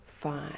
five